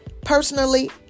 Personally